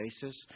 basis